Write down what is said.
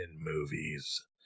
movies